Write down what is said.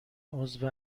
عضو